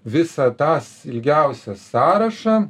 visą tas ilgiausią sąrašą